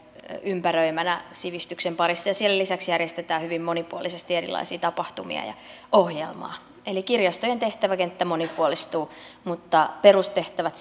ympäröimänä sivistyksen parissa ja siellä lisäksi järjestetään hyvin monipuolisesti erilaisia tapahtumia ja ohjelmaa eli kirjastojen tehtäväkenttä monipuolistuu mutta perustehtävät